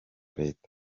leta